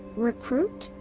recruit?